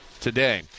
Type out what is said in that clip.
today